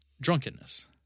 Drunkenness